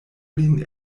lin